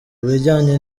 bijyanye